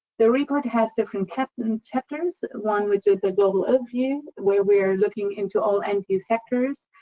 the report has different captioned chapters one, which is the global overview, where we're looking into all energy sectors.